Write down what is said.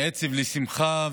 מעצב לשמחה,